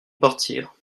partir